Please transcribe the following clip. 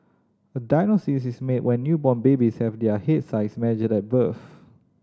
a diagnosis is made when newborn babies have their head size measured at birth